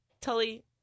Tully